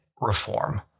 reform